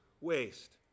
waste